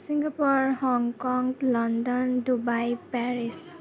Singapore Hong Kong London Dubai Paris